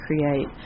create